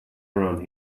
around